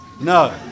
No